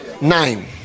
Nine